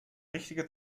richtige